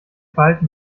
verhalten